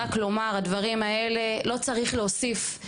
רק לומר שעל הדברים האלה לא צריך להוסיף,